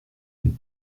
den